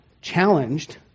challenged